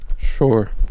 Sure